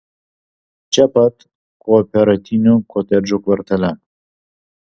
čia pat kooperatinių kotedžų kvartale